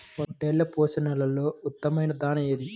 పొట్టెళ్ల పోషణలో ఉత్తమమైన దాణా ఏది?